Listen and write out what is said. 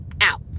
out